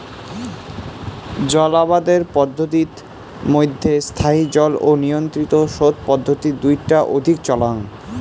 জল আবাদের পদ্ধতিত মইধ্যে স্থায়ী জল ও নিয়ন্ত্রিত সোত পদ্ধতি দুইটা অধিক চলাং